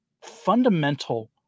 fundamental